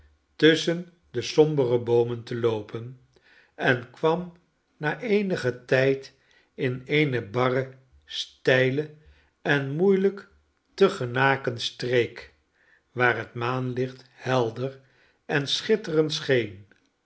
tusschen de sombere boomen te loopen en kwam na eenigen tijd in eene barre steile en moeielijk te genaken streek waar het maanlicht helder en schitterend scheen